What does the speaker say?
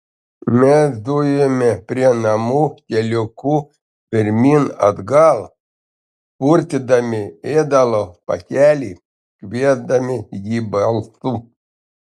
mes zujome prie namų keliuku pirmyn atgal purtydami ėdalo pakelį kviesdami jį balsu